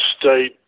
state